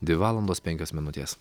dvi valandos penkios minutės